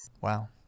Wow